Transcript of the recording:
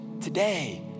today